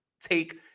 take